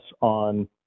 on